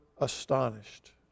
astonished